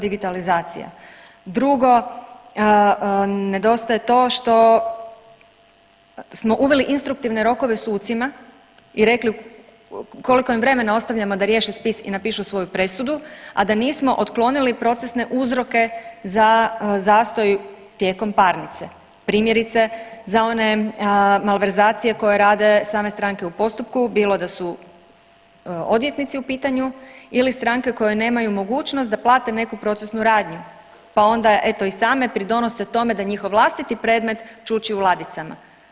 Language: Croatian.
Drugo nedostaje to što smo uveli instruktivne rokove sucima i rekli koliko im vremena ostavljamo da riješe spis i napišu svoju presudu a da nismo otklonili procesne uzroke za zastoj tijekom parnice primjerice za one malverzacije koje rade same stranke u postupku bilo da su odvjetnici u pitanju ili stranke koje nemaju mogućnost da plate neku procesnu radnju, pa onda evo i same pridonose tome da njihov vlastiti predmet čuči u ladicama.